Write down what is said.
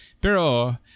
Pero